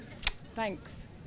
thanks